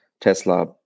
Tesla